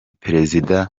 perezida